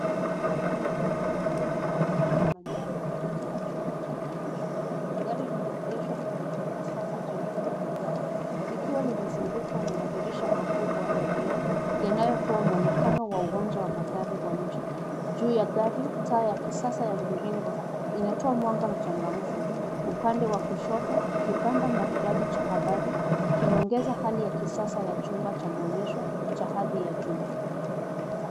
Gari la michezo la McLaren la manjano katika chumba cha maonyesho. Gari limegeshwa kwenye jukwaa safi jeupe la vigae, likiwa limezungukwa na madirisha makubwa ya vioo yanayotoa mwonekano wa uwanja wa magari wa nje. Juu ya gari, taa ya kisasa ya mvirngo inatoa mwanga mchangamfu. Upande wa kushoto, kibanda maridadi cha habari kinaongeza hali ya kisasa ya chumba cha maonyesho cha hadhi ya juu.